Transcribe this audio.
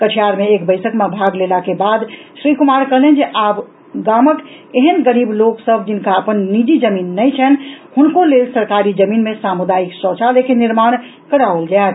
कटिहार मे एक बैसक मे भाग लेला के बाद श्री कुमार कहलनि जे आब गामक ऐहेन गरीब लोक जिनका अपन निजी जमीन नहि अछि हुनको लेल सरकारी जमीन मे सामुदायिक शौचालय के निर्माण कराओल जायत